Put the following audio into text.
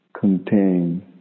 contain